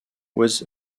was